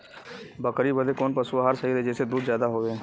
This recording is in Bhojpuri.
बकरी बदे कवन पशु आहार सही रही जेसे दूध ज्यादा होवे?